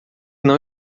não